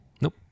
nope